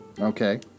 Okay